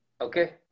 Okay